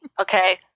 Okay